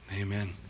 Amen